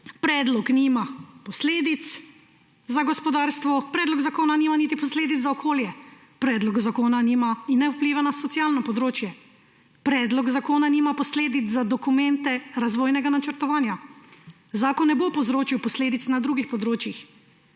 predlog nima posledic za gospodarstvo, predlog zakona nima niti posledic za okolje, predlog zakona nima in ne vpliva na socialno področje, predlog zakona nima posledic za dokumente razvojnega načrtovanja, zakon ne bo povzročil posledic na drugih področjih,